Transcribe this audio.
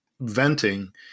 venting